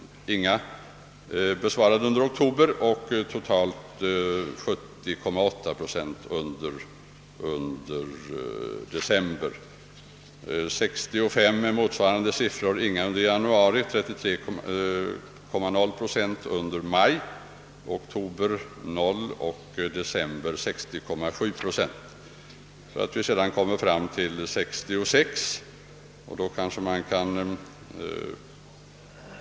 Under höstsessionen framställdes totalt 48 interpellationer, av vilka ingen besvarades under oktober men 70,8 procent under december. Så kommer jag fram till år 1966.